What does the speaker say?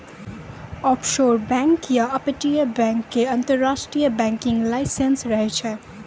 offshore bank या अपतटीय bank के अंतरराष्ट्रीय बैंकिंग लाइसेंस रहै छै